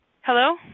Hello